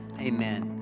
amen